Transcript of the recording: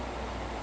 ya